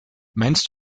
meinst